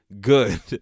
good